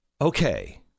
Okay